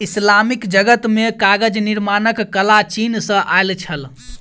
Islamic जगत मे कागज निर्माणक कला चीन सॅ आयल छल